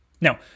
now